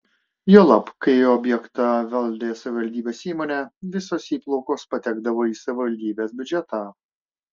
juolab kai objektą valdė savivaldybės įmonė visos įplaukos patekdavo į savivaldybės biudžetą